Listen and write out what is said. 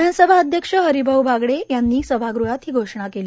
विधानसभा अध्यक्ष हरिभाऊ बागडे यांनी सभागृहात ही घोषणा केली